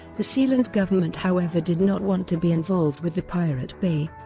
the sealand government however did not want to be involved with the pirate bay,